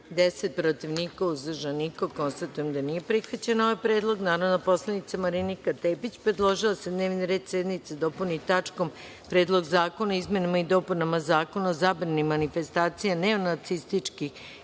– 10, protiv – niko, uzdržanih – nema. Konstatujem da nije prihvaćen predlog. Narodna poslanica Marinika Tepić predložila je da se dnevni red sednice dopuni tačkom – Predlog zakona o izmenama i dopunama Zakona o zabrani manifestacija neonacističkih